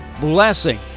blessing